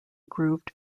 grooved